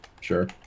Sure